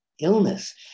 illness